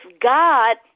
God